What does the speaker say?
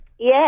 Yes